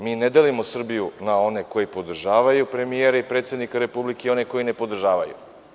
Mi ne delimo Srbiju na one koji podržavaju premijera i predsednika Republike i one koji ne podržavaju.